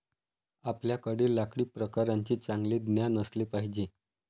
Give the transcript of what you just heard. आपल्याकडे लाकडी प्रकारांचे चांगले ज्ञान असले पाहिजे